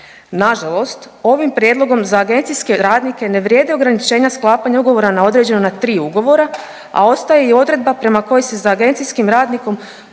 Nažalost ovim prijedlogom za agencijske radnike ne vrijede ograničenja sklapanja ugovora na određeno na 3 ugovora, a ostaje i odredba prema kojoj se za agencijskim radnikom,